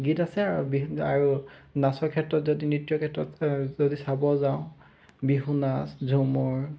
গীত আছে আৰু বিহু আৰু নাচৰ ক্ষেত্ৰত যদি নৃত্যৰ ক্ষেত্ৰত যদি চাব যাওঁ বিহু নাচ ঝুমুৰ